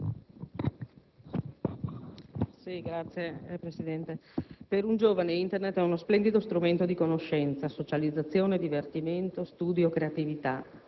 Signor Presidente, per un giovane Internet è uno splendido strumento di conoscenza, socializzazione, divertimento, studio, creatività,